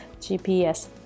gps